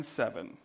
seven